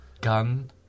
Gun